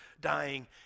dying